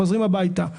חוזרים הביתה.